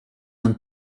and